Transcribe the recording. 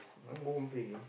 go home play